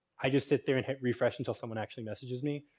i just sit there and hit refresh until someone actually messages me.